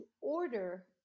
order